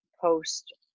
post